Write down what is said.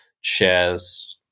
shares